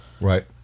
Right